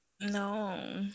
No